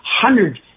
hundred